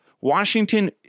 Washington